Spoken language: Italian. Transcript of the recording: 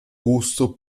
gusto